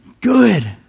good